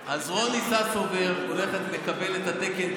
אז רוני ססובר הולכת לקבל את התקן,